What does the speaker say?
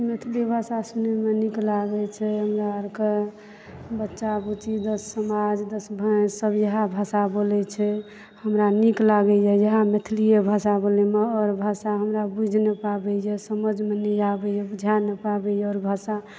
मैथिली भाषा सुनयमे नीक लागै छै हमरा आरके बच्चा बुच्ची दस समाज दस भए सब इएह भाषा बोलै छै हमरा नीक लागै इएह मैथलिए भाषा बोलयमे आओर भाषा हमरा बुझि नहि पाबै यऽ समझमे नहि आबै यऽ बुझा नहि पाबै यऽ आओर भाषा